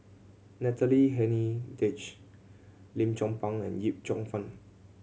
Natalie Hennedige Lim Chong Pang and Yip Cheong Fun